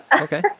Okay